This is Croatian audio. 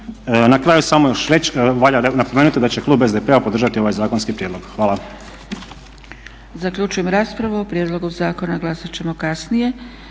Na kraju samo još valja napomenuti da će klub SDP-a podržati ovaj zakonski prijedlog. Hvala.